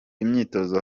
imyitozo